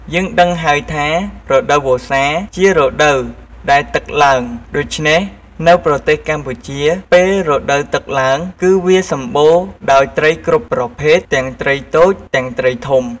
យើងដឹងហើយថា រដូវវស្សាគឺជារដូវដែលទឹកឡើង ដូច្នេះនៅប្រទេសកម្ពុជាពេលរដូវទឹកឡើង គឺវាសម្បូរដោយត្រីគ្រប់ប្រភេទ ទាំងត្រីតូច ទាំងត្រីធំ។